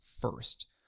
first